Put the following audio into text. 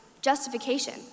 justification